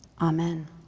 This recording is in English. Amen